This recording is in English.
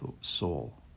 soul